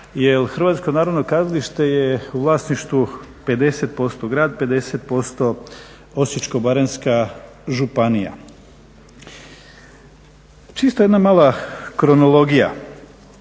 Hrvatsko narodno kazalište je u vlasništvu 50% grad, 50% Osječko-baranjska županija. Čisto jedna mala kronologija.